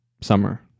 summer